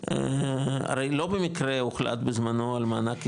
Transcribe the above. הרי לא במקרה הוחלט בזמנו על מענק הסתגלות,